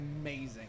amazing